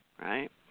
right